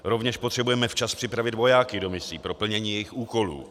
Rovněž potřebujeme včas připravit vojáky do misí pro plnění jejich úkolů.